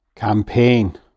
Campaign